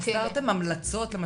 אתם נתתם כבר המלצות?